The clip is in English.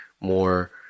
more